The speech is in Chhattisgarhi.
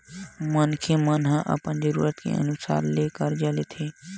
मनखे मन ह अपन जरूरत के अनुसार ले करजा लेथे